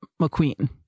McQueen